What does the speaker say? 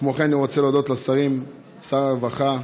כמו כן, אני רוצה להודות לשרים: שר הרווחה,